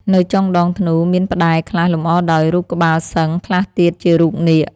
នៅចុងដងធ្នូ មានផ្តែរខ្លះលម្អដោយរូបក្បាលសឹង្ហ ខ្លះទៀតជារូបនាគ ។